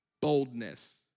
Boldness